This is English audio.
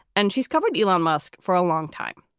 and she's covered elon musk for a long time.